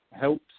helps